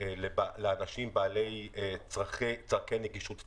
לאנשים בעלי צרכי נגישות פיזית,